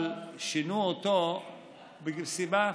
אבל שינו אותו מסיבה אחת: